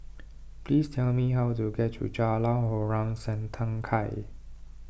please tell me how to get to Jalan Harom Setangkai